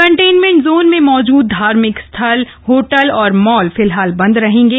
containment zone में मौजूद धार्मिक स्थल होटल और मॉल फिलहाल बंद रहेंगे